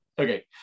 okay